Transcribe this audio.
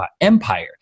Empire